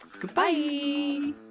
Goodbye